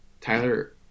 Tyler